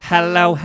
Hello